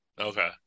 Okay